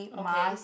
okay